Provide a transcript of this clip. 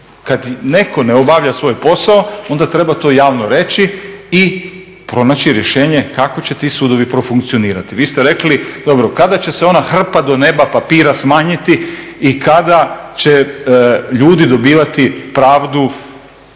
kad netko ne obavlja svoj posao onda treba to javno reći i pronaći rješenje kako će ti sudovi profunkcionirati. Vi ste rekli, dobro kada će se ona hrpa do neba papira smanjiti i kada će ljudi dobivati pravdu